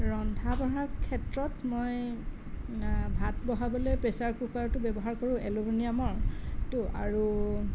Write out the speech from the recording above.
ৰন্ধা বঢ়া ক্ষেত্ৰত মই ভাত বঢ়াবলৈ প্ৰেচাৰ কুকাৰটো ব্যৱহাৰ কৰোঁ এলোমিনিয়ামৰটো আৰু